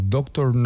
Doctor